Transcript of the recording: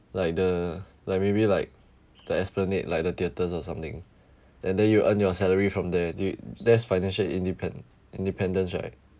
like the like maybe like the esplanade like the theatres or something and then you earn your salary from there do that is financial independ~ independence right